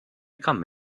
come